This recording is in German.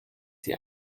sie